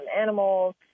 animals